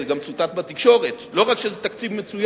זה גם צוטט בתקשורת: לא רק שזה תקציב מצוין,